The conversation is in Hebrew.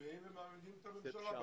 מצביעים, ומעמידים את הממשלה במבחן.